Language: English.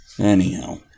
Anyhow